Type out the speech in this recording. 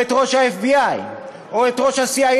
או את ראש ה-FBI, או את ראש ה-CIA,